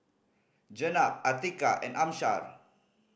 Jenab Atiqah and Amsyar